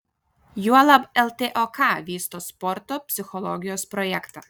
juolab ltok vysto sporto psichologijos projektą